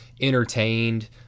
entertained